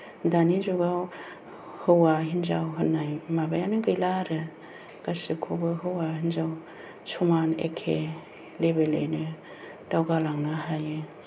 दानि जुगाव हौवा हिनजाव होननाय माबायानो गैला आरो गासैखौबो हौवा हिनजाव समान एखे लेबेलैनो दावगालांनो हायो